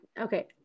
okay